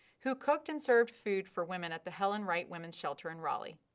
who cooked and served food for women at the helen wright women's shelter in raleigh.